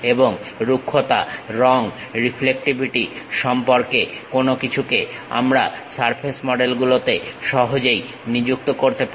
এবং রুক্ষতা রং রিফ্লেক্টিভিটি সম্পর্কে কোনো কিছুকে আমরা সারফেস মডেলগুলোতে সহজেই নিযুক্ত করতে পারি